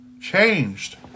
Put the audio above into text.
Changed